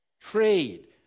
trade